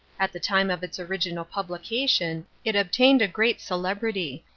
at the time of its original publication it obtained a great celebrity,